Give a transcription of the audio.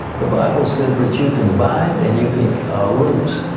the bible says that you can bind and you can loose.